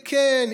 וכן,